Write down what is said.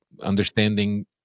understanding